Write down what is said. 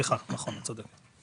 נכון, את צודקת.